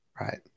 right